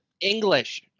English